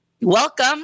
welcome